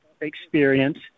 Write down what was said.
experience